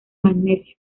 magnesio